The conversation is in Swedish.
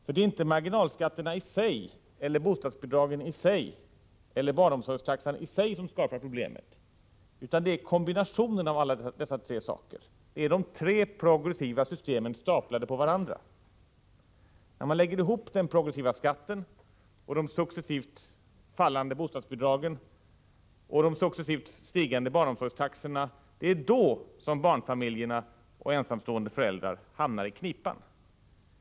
För det är inte marginalskatterna i sig eller bostadsbidragen i sig eller barnomsorgstaxan i sig som skapar problemet, utan det är kombinationen av alla dessa tre saker staplade på varandra. När man lägger ihop den progressiva skatten och de successivt fallande bostadsbidragen och de successivt stigande barnomsorgstaxorna, det är då som barnfamiljerna och ensamstående föräldrar hamnar i knipan.